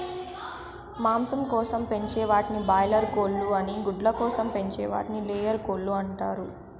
మాంసం కోసం పెంచే వాటిని బాయిలార్ కోళ్ళు అని గుడ్ల కోసం పెంచే వాటిని లేయర్ కోళ్ళు అంటారు